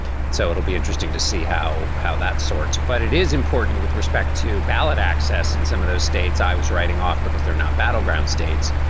so it'll be interesting to see how how that sorts. but it is important with respect to ballot access in some of those states i was writing off because they're not battleground states.